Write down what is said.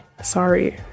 sorry